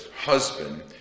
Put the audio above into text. husband